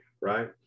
right